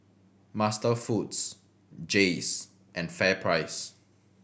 MasterFoods Jays and FairPrice